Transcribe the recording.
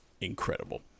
incredible